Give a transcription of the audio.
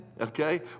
okay